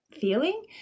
feeling